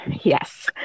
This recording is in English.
yes